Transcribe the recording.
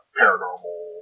paranormal